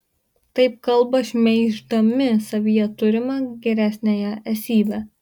taip kalba šmeiždami savyje turimą geresniąją esybę